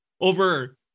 over